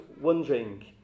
wondering